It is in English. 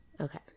Okay